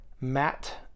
Matt